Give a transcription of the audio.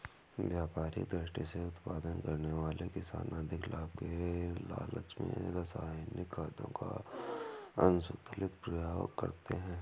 व्यापारिक दृष्टि से उत्पादन करने वाले किसान अधिक लाभ के लालच में रसायनिक खादों का असन्तुलित प्रयोग करते हैं